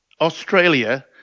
Australia